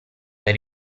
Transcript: per